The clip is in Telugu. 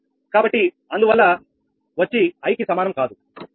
కాబట్టి అందువల్ల ఆ వచ్చి i కి సమానం కాదు